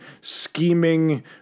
scheming